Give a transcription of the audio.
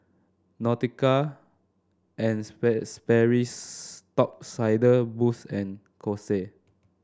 Nautica and Sperry's Top Sider Boost and Kose